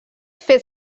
fet